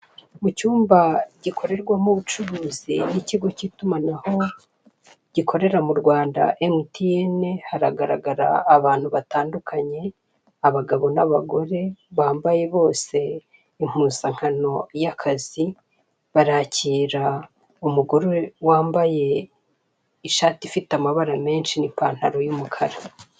Mu cyumba gikorerwamo ubucuruzi y'ikigo k'itumanaho gikorera mu Rwanda MTN haragaragara abantu batandukanye abagabo n'abagore bambaye bose impuzankano y'akazi barakira umugora wambaye ishati ifite amabara menshi n'ipantalo y'umukara.